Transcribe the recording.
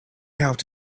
out